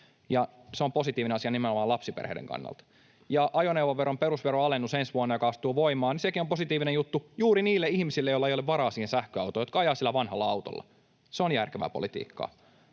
se on positiivinen asia nimenomaan lapsiperheiden kannalta. Ajoneuvoveron perusveron alennus, joka ensi vuonna astuu voimaan, sekin on positiivinen juttu juuri niille ihmisille, joilla ei ole varaa siihen sähköautoon, jotka ajavat sillä vanhalla autolla. Se on järkevää politiikkaa.